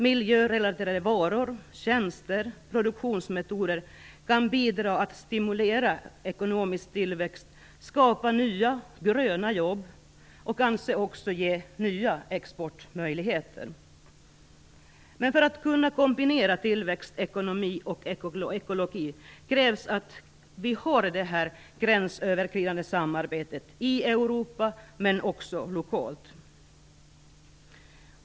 Miljörelaterade varor, tjänster och produktionsmetoder kan bidra till att stimulera ekonomisk tillväxt, skapa nya, "gröna" jobb och kanske också ge nya exportmöjligheter. Men för att vi skall kunna kombinera tillväxt, ekonomi och ekologi krävs att vi har det här gränsöverskridande samarbetet i Europa men också lokalt.